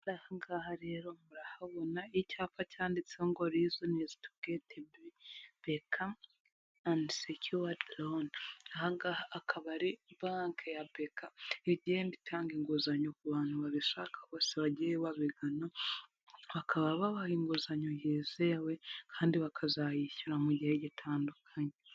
Aha ngaha rero murahabona icyapa cyanditseho ngo rizoni izi tugeti beka andi secuwadi rone. Aha ngaha akaba ari banki ya beka itanga inguzanyo ku bantu babishaka bose bagiye babigana, bakaba babaha inguzanyo yizewe kandi bakazayishyura mu gihe gitandukanye.